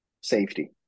safety